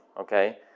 Okay